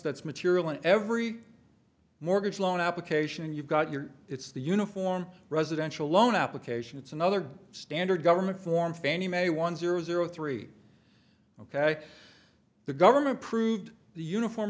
that's material in every mortgage loan application and you've got your it's the uniform residential loan application it's another standard government form fannie mae one zero zero three ok the government approved the uniform